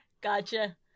Gotcha